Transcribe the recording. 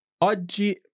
Oggi